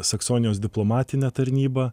saksonijos diplomatine tarnyba